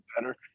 better